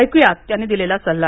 ऐकूया त्यांनी दिलेला सल्ला